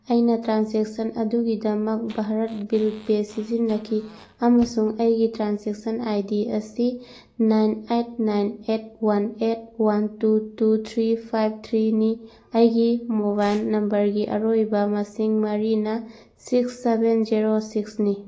ꯑꯩꯅ ꯇ꯭ꯔꯥꯟꯖꯦꯛꯁꯟ ꯑꯗꯨꯒꯤꯗꯃꯛ Bharat bill pay ꯁꯤꯖꯤꯟꯅꯈꯤ ꯑꯃꯁꯨꯡ ꯑꯩꯒꯤ ꯇ꯭ꯔꯥꯟꯁꯦꯛꯁꯟ ꯑꯥꯏ ꯗꯤ ꯑꯁꯤ nine eight nine eight one eight one two two three five ꯊ꯭ꯔꯤꯅꯤ ꯑꯩꯒꯤ ꯃꯣꯕꯥꯏꯟ ꯅꯝꯕꯔꯒꯤ ꯑꯔꯣꯏꯕ ꯃꯁꯤꯡ ꯃꯔꯤꯅ ꯁꯤꯛꯁ ꯁꯕꯦꯟ ꯖꯦꯔꯣ ꯁꯤꯛꯁꯅꯤ